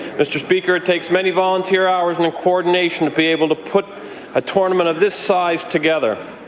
mr. speaker, it takes many volunteer hours and coordination to be able to put a tournament of this size together.